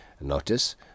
notice